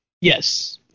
yes